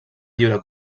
lliure